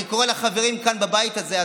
אני קורא לחברים כאן בבית הזה,